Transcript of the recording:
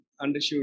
undershoot